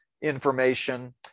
information